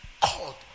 called